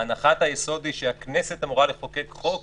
הנחת היסוד היא שהכנסת אמורה לחוקק חוק